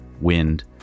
wind